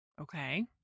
Okay